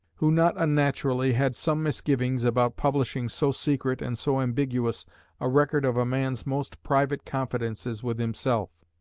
who not unnaturally had some misgivings about publishing so secret and so ambiguous a record of a man's most private confidences with himself.